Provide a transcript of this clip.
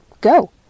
Go